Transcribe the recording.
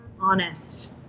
honest